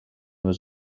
was